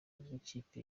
rw’ikipe